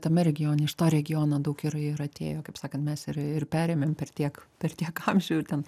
tame regione iš to regiono daug yra ir atėję kaip sakant mes ir ir perėmėm per tiek per tiek amžių ir ten